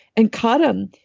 and cut him,